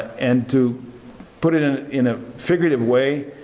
and to put it ah in a figurative way,